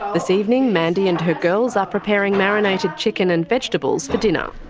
this evening mandy and her girls are preparing marinated chicken and vegetables for dinner.